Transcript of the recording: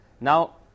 Now